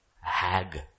Hag